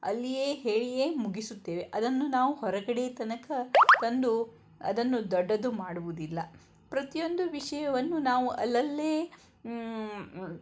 ಅಲ್ಲಿಯೇ ಹೇಳಿಯೇ ಮುಗಿಸುತ್ತೇವೆ ಅದನ್ನು ನಾವು ಹೊರಗಡೆ ತನಕ ತಂದು ಅದನ್ನು ದೊಡ್ಡದು ಮಾಡುವುದಿಲ್ಲ ಪ್ರತಿಯೊಂದು ವಿಷಯವನ್ನು ನಾವು ಅಲ್ಲಲ್ಲೇ